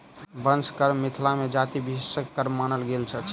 बंस कर्म मिथिला मे जाति विशेषक कर्म मानल गेल अछि